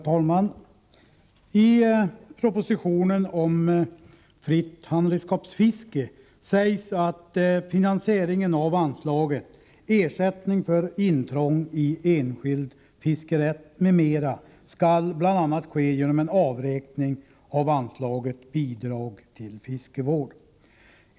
Herr talman! I propositionen om fritt handredskapsfiske sägs att finansieringen av anslaget Ersättning för intrång i enskild fiskerätt m.m. skall ske bl.a. genom en avräkning av anslaget Bidrag till fiskevård.